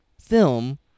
film